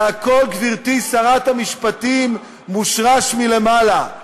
זה הכול, גברתי שרת המשפטים, מושרש מלמעלה.